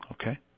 okay